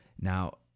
Now